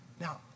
Now